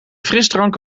frisdrank